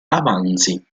avanzi